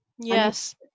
Yes